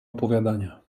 opowiadania